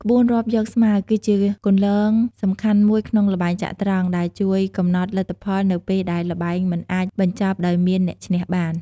ក្បួនរាប់យកស្មើ គឺជាគន្លងសំខាន់មួយក្នុងល្បែងចត្រង្គ ដែលជួយកំណត់លទ្ធផលនៅពេលដែលល្បែងមិនអាចបញ្ចប់ដោយអ្នកឈ្នះបាន។